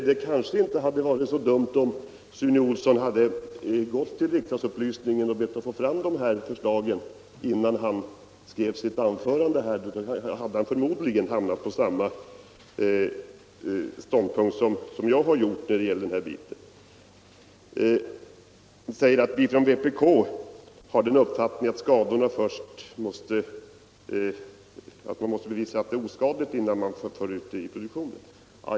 Det kanske inte hade varit så dumt om Sune Olsson gått till riksdagens upplysningstjänst och bett att få fram förslaget till anvisningar innan han skrev sitt anförande, för då hade han förmodligen hamnat på samma ståndpunkt som jag gjort när det gäller den här biten. Sune Olsson säger att vpk har den uppfattningen att man först måste bevisa att ett medel är oskadligt innan man får föra ut det i produktionen.